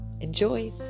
Enjoy